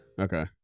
okay